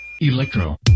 Electro